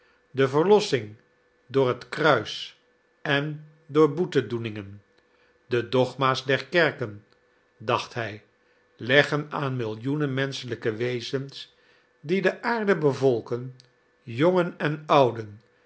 de verlossing door het kruis en door boetedoeningen de dogma's der kerken dacht hij leggen aan millioenen menschelijke wezens die de aarde bevolken jongen en ouden